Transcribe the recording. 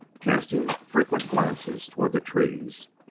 casting frequent glances toward the trees.